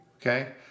Okay